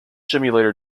simulator